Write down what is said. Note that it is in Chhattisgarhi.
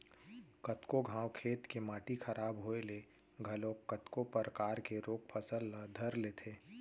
कतको घांव खेत के माटी खराब होय ले घलोक कतको परकार के रोग फसल ल धर लेथे